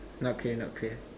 not clear not clear